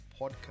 Podcast